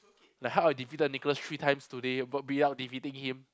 like how I defeated Nicholas three times today but without defeating him